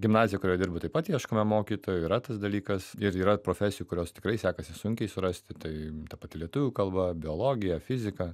gimnazijoj kurioje dirbu taip pat ieškome mokytojų yra tas dalykas ir yra profesijų kurios tikrai sekasi sunkiai surasti tai ta pati lietuvių kalba biologija fizika